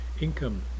income